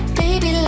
baby